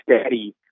steady